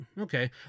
Okay